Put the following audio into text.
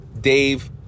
Dave